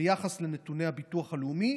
ביחס לנתוני הביטוח הלאומי,